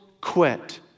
quit